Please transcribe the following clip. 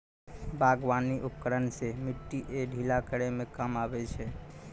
बागबानी उपकरन सें मिट्टी क ढीला करै म काम आबै छै